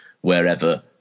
wherever